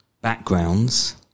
backgrounds